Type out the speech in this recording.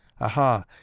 Aha